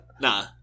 nah